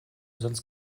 sonst